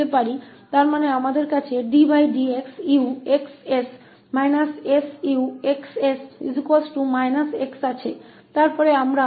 तो हम वहां से 𝑢𝑥 0 का उपयोग कर सकते हैं इसका मतलब है कि हमारे पास ddxUxs− 𝑠𝑈𝑥 𝑠 −𝑥 है